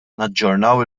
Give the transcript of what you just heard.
naġġornaw